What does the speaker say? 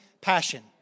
passion